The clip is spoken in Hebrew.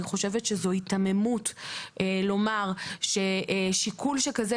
אני חושבת שזו היתממות לומר ששיקול שכזה,